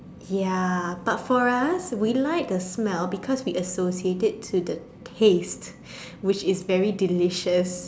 ya but for us we like the smell because we associate it to the taste which is very delicious